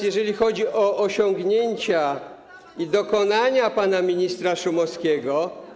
Jeżeli chodzi o osiągnięcia i dokonania pana ministra Szumowskiego.